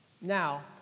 Now